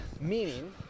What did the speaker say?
Meaning